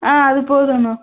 ஆ அது போதும்ண்ணா